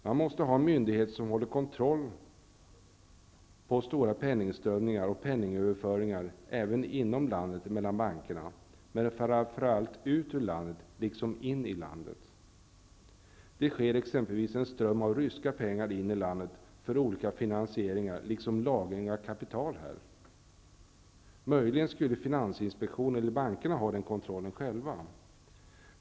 Man måste ha en myndighet som håller kontroll på stora penningströmningar och penningöverföringar mellan bankerna även inom landet, men framför allt in och ut ur landet. Det går exempelvis en ström av ryska pengar in i landet för olika finansieringar, liksom för lagring av kapital här. Möjligen skulle finansinspektionen eller bankerna ha den kontrollen själva.